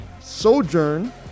Sojourn